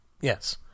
Yes